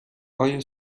آیا